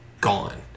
gone